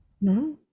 No